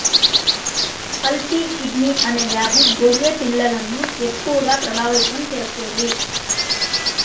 pulpy kidney అనే వ్యాధి గొర్రె పిల్లలను ఎక్కువగా ప్రభావితం చేస్తుంది